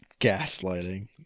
gaslighting